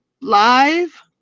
live